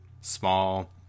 small